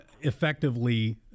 Effectively